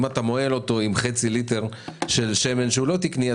אם אתה מוהל אותו עם חצי ליטר של שמן שהוא לא תקני,